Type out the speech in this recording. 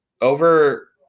over